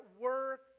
work